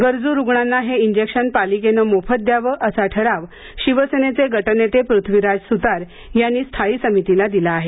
गरजू रुग्णांना हे इंजेक्शन पालिकेनं मोफत द्यावं असा ठराव शिवसेनेचे गटनेते पृथ्वीराज सुतार यांनी स्थायी समितीला दिला आहे